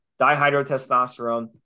dihydrotestosterone